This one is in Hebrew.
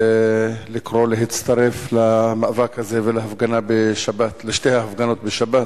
ולקרוא להצטרף למאבק הזה ולשתי ההפגנות בשבת.